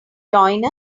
join